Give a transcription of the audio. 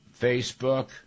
Facebook